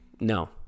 No